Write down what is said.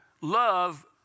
love